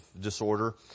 disorder